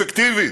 אפקטיבית,